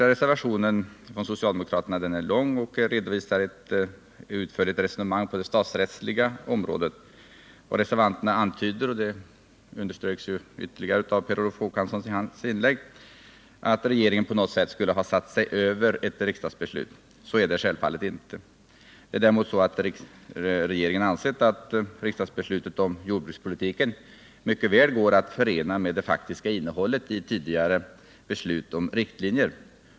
Reservationen 1 är lång och redovisar ett utförligt resonemang på det statsrättsliga området. Reservanterna antyder — och det underströks ytterligare av Per Olof Håkansson i hans inlägg — att regeringen på något sätt skulle ha satt sig över ett riksdagsbeslut. Så är det självfallet inte. Däremot har regeringen ansett att riksdagsbeslutet om jordbrukspolitiken mycket väl går att förena med det faktiska innehållet i tidigare beslut om riktlinjer.